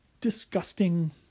disgusting